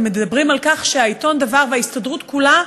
הם מדברים על כך שהעיתון "דבר" וההסתדרות כולה,